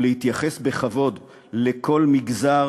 ולהתייחס בכבוד לכל מגזר,